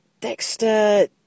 Dexter